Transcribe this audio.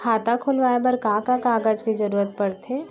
खाता खोलवाये बर का का कागज के जरूरत पड़थे?